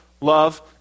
love